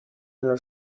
not